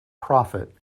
prophet